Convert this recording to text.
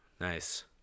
Nice